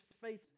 faith